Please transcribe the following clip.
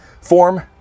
form